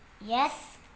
yes